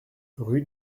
rue